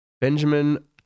Benjamin